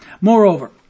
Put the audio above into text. Moreover